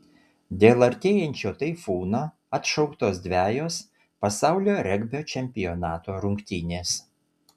dėl artėjančio taifūno atšauktos dvejos pasaulio regbio čempionato rungtynės